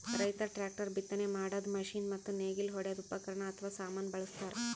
ರೈತರ್ ಟ್ರ್ಯಾಕ್ಟರ್, ಬಿತ್ತನೆ ಮಾಡದ್ದ್ ಮಷಿನ್ ಮತ್ತ್ ನೇಗಿಲ್ ಹೊಡ್ಯದ್ ಉಪಕರಣ್ ಅಥವಾ ಸಾಮಾನ್ ಬಳಸ್ತಾರ್